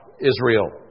Israel